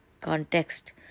context